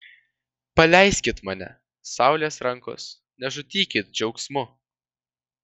paleiskit mane saulės rankos nežudykit džiaugsmu